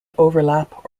overlap